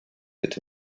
that